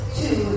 two